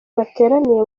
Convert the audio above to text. bateraniye